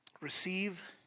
Receive